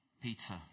Peter